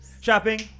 Shopping